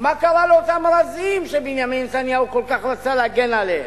מה קרה לאותם רזים שבנימין נתניהו כל כך רצה להגן עליהם?